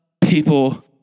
people